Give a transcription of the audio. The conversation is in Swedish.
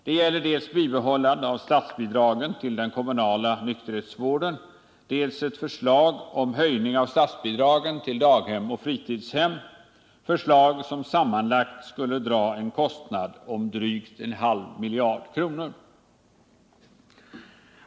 Det gäller dels bibehållande av statsbidragen till den kommunala nykterhetsvården, dels ett förslag om höjning av statsbidragen till daghem och fritidshem, förslag som sammanlagt skulle dra en kostnad av drygt en halv miljard kronor.